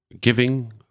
giving